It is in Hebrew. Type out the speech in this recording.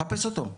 חפש אותו.